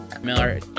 Miller